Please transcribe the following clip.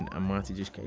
and um monty just,